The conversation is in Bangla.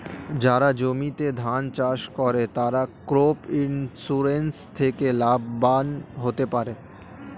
যারা জমিতে ধান চাষ করে তারা ক্রপ ইন্সুরেন্স থেকে লাভবান হতে পারে